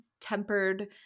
tempered